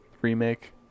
remake